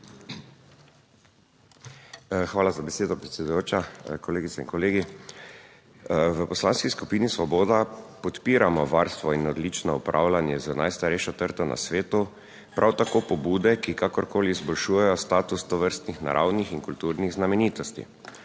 Hvala za besedo, predsedujoča. Kolegice in kolegi. V Poslanski skupini Svoboda podpiramo varstvo in odlično upravljanje z najstarejšo trto na svetu, prav tako pobude, ki kakorkoli izboljšujejo status tovrstnih naravnih in kulturnih znamenitosti.